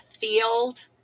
field